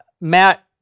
Matt